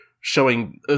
showing